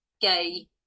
gay